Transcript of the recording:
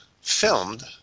filmed